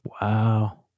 Wow